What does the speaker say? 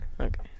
Okay